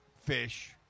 fish